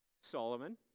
Solomon